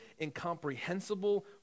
incomprehensible